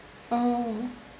oh